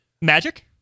Magic